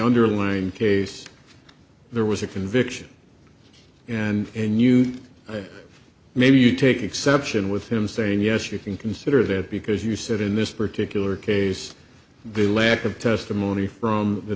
underlying case there was a conviction and in you maybe you take exception with him saying yes you can consider that because you said in this particular case the lack of testimony from the